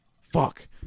Fuck